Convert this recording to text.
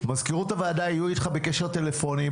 מזכירות הוועדה תהיה איתך בקשר טלפוני.